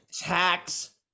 tax